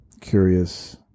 curious